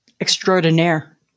Extraordinaire